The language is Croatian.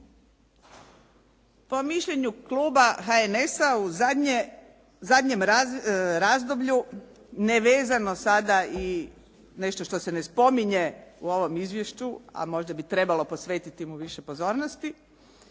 Po mišljenju kluba HNS-a o zadnjem razdoblju ne vezano sada i nešto što se ne spominje sada u ovom izvješću, a možda bi trebalo posvetiti mu više pozornosti,